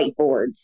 whiteboards